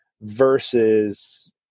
versus